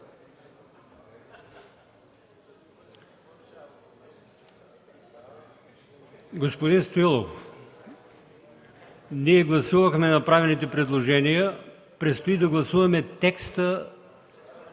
Господин Стоилов, ние гласувахме направените предложения. Предстои да гласуваме текста